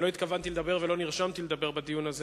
לא התכוונתי לדבר ולא נרשמתי לדבר בדיון הזה.